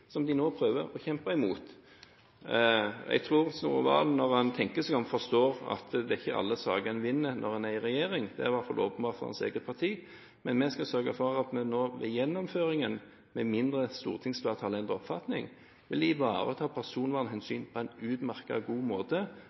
som de nå prøver å kjempe imot. Jeg tror Snorre Serigstad Valen, når han tenker seg om, forstår at det ikke er alle saker man vinner når man er i regjering. Det er i hvert fall åpenbart for hans eget parti. Men vi skal sørge for at vi i gjennomføringen – med mindre Stortinget endrer oppfatning – vil ivareta personvernhensyn på en utmerket god måte,